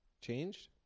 Changed